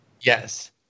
Yes